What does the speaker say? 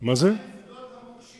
מה עם עניין המוקשים